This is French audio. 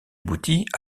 aboutit